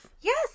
Yes